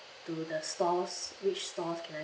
to the stores which stores can I